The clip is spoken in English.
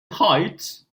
heights